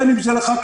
בין אם זה לחקלאות,